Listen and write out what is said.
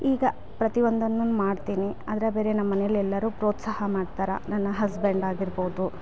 ಈಗ ಪ್ರತಿಯೊಂದನ್ನು ಮಾಡ್ತೀನಿ ಆದರೆ ಬೇರೆ ನಮ್ಮ ಮನೆಯಲ್ಲಿ ಎಲ್ಲರೂ ಪ್ರೋತ್ಸಾಹ ಮಾಡ್ತಾರೆ ನನ್ನ ಹಸ್ಬೆಂಡ್ ಆಗಿರ್ಬೋದು